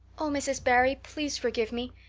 oh, mrs. barry, please forgive me.